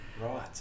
right